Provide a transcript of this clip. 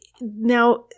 now